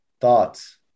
Thoughts